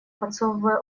подсовывая